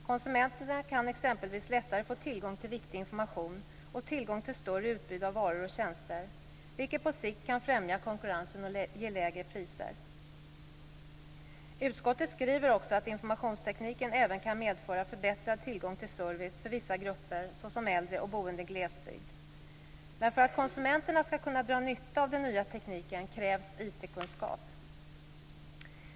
Konsumenterna kan exempelvis lättare få tillgång till viktig information och tillgång till ett större utbud av varor och tjänster, vilket på sikt kan främja konkurrensen och ge lägre priser. Utskottet skriver att informationstekniken även kan medföra förbättrad tillgång till service för vissa grupper, såsom äldre och boende i glesbygd. Men för att konsumenterna skall kunna dra nytta av den nya tekniken krävs det IT-kunskap.